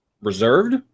reserved